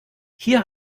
hier